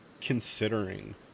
considering